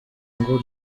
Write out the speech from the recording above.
ngo